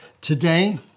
today